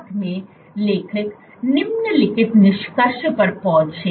साथ में लेखक निम्नलिखित निष्कर्ष पर पहुंचे